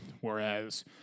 whereas